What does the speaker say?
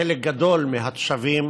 חלק גדול מהתושבים